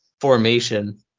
formation